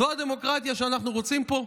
זו הדמוקרטיה שאנחנו רוצים פה?